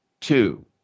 Two